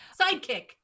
sidekick